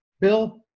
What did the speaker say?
bill